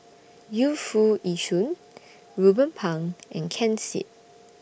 Yu Foo Yee Shoon Ruben Pang and Ken Seet